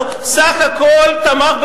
הוא בסך הכול תמך בדוח-גולדסטון,